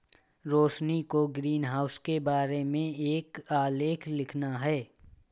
रोशिनी को ग्रीनहाउस के बारे में एक आलेख लिखना है